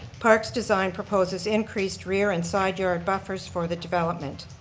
parks design proposes increased rear and side yard buffers for the development.